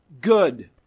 good